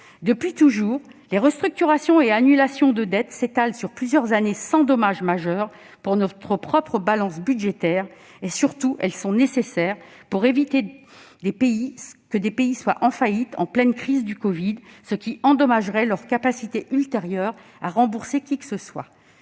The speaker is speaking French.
Depuis toujours, les restructurations et annulations de dette s'étalent sur plusieurs années, sans dommage majeur pour notre propre balance budgétaire. Surtout, elles sont nécessaires pour éviter que des pays ne soient en faillite, en pleine crise du covid, ce qui endommagerait leur capacité ultérieure à rembourser qui que ce soit.